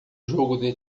jogo